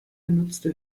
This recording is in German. genutzte